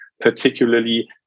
particularly